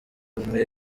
bumwe